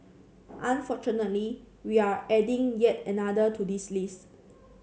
unfortunately we're adding yet another to this list